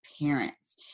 parents